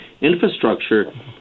infrastructure